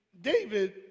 David